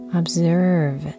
observe